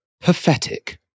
pathetic